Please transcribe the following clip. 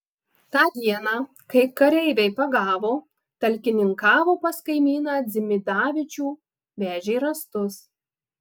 tą dieną kai kareiviai pagavo talkininkavo pas kaimyną dzimidavičių vežė rąstus